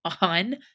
on